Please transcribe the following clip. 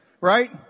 Right